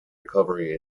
recovery